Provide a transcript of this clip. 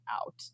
out